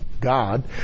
God